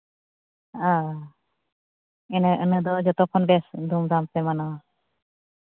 ᱤᱱᱟᱹ ᱤᱱᱟᱹ ᱫᱚ ᱡᱚᱛᱚ ᱠᱷᱚᱱ ᱵᱮᱥ ᱫᱷᱩᱢ ᱫᱷᱟᱢ ᱯᱮ ᱢᱟᱱᱟᱣᱟ